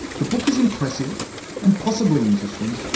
the book is impressive and possibly interesting,